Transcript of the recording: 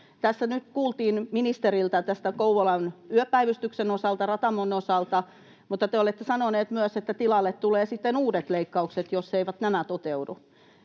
Tässä nyt kuultiin ministeriltä Kouvolan yöpäivystyksen osalta, Ratamon osalta, mutta te olette sanoneet myös, että tilalle tulee sitten uudet leikkaukset, jos nämä eivät toteudu.